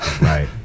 Right